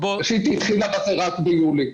ראשית, היא התחילה בזה רק ביולי.